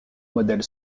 modèle